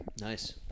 Nice